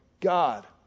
God